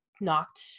knocked